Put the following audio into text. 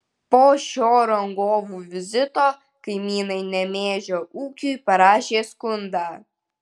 po šio rangovų vizito kaimynai nemėžio ūkiui parašė skundą